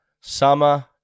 summer